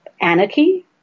anarchy